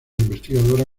investigadora